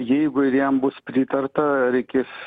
jeigu ir jam bus pritarta reikės